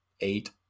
eight